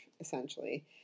essentially